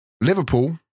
Liverpool